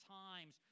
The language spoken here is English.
times